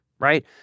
right